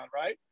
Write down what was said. Right